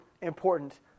important